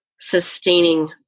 sustaining